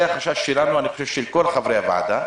זה החשש שלנו, אני חושב של כל חברי הוועדה.